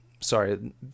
sorry